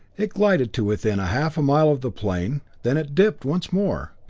it glided to within a half mile of the plain then it dipped once more,